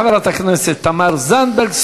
תודה לחברת הכנסת תמר זנדברג.